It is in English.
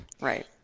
Right